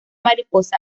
mariposa